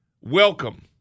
welcome